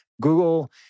Google